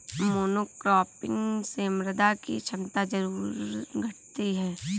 monocropping से मृदा की क्षमता जरूर घटती है